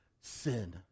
sin